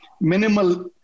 Minimal